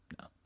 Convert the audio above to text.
No